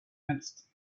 helst